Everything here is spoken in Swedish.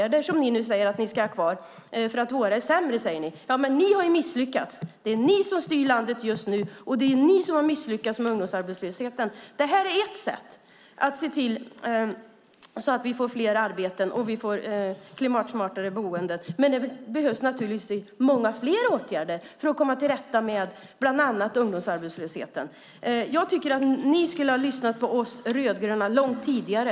Ni säger att ni ska ha kvar era åtgärder eftersom våra är sämre. Ni har ju misslyckats. Det är ni som styr landet just nu. Det är ni som har misslyckats med ungdomsarbetslösheten. Detta är ett sätt att se till att vi för fler arbeten och klimatsmartare boenden. Men det behövs många fler åtgärder för att komma till rätta med bland annat ungdomsarbetslösheten. Ni skulle ha lyssnat på oss rödgröna långt tidigare.